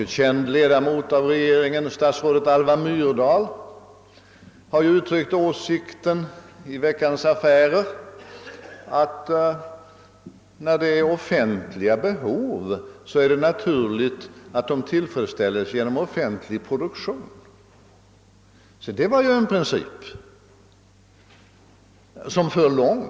En känd ledamot av regeringen, statsrådet Alva Myrdal, har i Veckans affärer uttryckt åsikten, att det är naturligt att offentliga behov tillfredsställs genom offentlig produktion. Se, det är en princip som för långt!